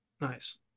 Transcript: Nice